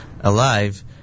alive